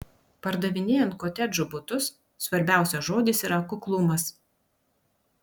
pardavinėjant kotedžų butus svarbiausias žodis yra kuklumas